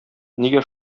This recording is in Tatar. нигә